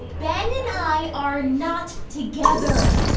ben and i are not together.